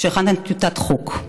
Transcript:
שהכנתם טיוטת חוק.